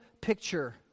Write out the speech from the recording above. picture